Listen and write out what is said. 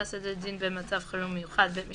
(סדרי דין במצב חירום מיוחד); "בית משפט"